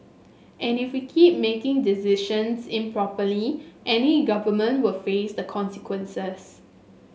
and if we keep making decisions improperly any government will face the consequences